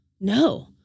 No